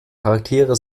charaktere